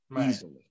easily